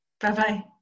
Bye-bye